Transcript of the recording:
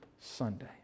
Sunday